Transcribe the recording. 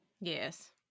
Yes